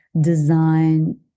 design